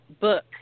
book